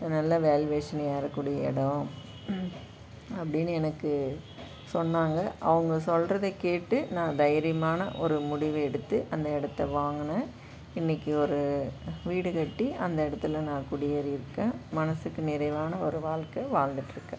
ஒரு நல்ல வேல்யூவேஷன் ஏறக்கூடிய இடம் அப்படின்னு எனக்கு சொன்னாங்க அவங்க சொல்கிறத கேட்டு நான் தைரியமான ஒரு முடிவு எடுத்து அந்த இடத்த வாங்கினேன் இன்றைக்கு ஒரு வீடு கட்டி அந்த இடத்துல நான் குடியேறியிருக்கேன் மனதுக்கு நிறைவான ஒரு வாழ்க்க வாழ்ந்துட்ருக்கேன்